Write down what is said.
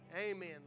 Amen